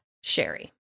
Sherry